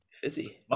fizzy